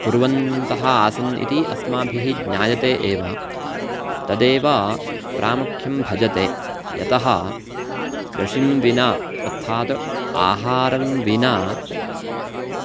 कुर्वन्तः आसन् इति अस्माभिः ज्ञायते एव तदेव प्रामुख्यं भजते यतः कृषिं विना अर्थात् आहारं विना